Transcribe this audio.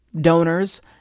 donors